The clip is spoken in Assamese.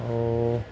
আৰু